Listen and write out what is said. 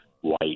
white